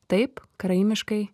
taip karaimiškai